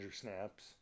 Snaps